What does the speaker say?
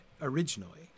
originally